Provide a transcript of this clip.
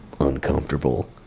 uncomfortable